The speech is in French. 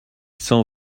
cent